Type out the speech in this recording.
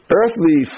earthly